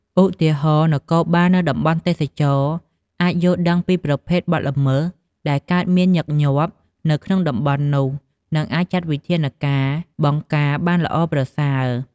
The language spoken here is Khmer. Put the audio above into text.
ឧទាហរណ៍ នគរបាលនៅតំបន់ទេសចរណ៍អាចយល់ដឹងពីប្រភេទបទល្មើសដែលកើតមានញឹកញាប់នៅក្នុងតំបន់នោះ និងអាចចាត់វិធានការបង្ការបានល្អប្រសើរ។